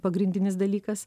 pagrindinis dalykas